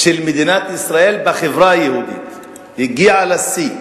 במדינת ישראל, החברה היהודית הגיעה לשיא.